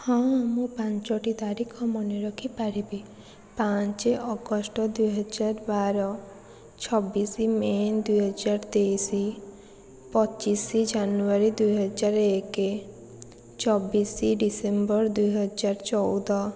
ହଁ ମୁଁ ପାଞ୍ଚଟି ତାରିଖ ମାନେ ରଖିପାରିବି ପାଞ୍ଚ ଅଗଷ୍ଟ ଦୁଇ ହଜାର ବାର ଛବିଶ ମେ' ଦୁଇ ହଜାର ତେଇଶ ପଚିଶ ଜାନୁୟାରୀ ଦୁଇ ହଜାର ଏକ ଚବିଶ ଡିସେମ୍ବର ଦୁଇ ହଜାର ଚଉଦ